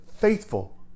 faithful